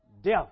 Death